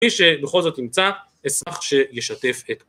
מי שבכל זאת ימצא, אשמח שישתף את כולנו.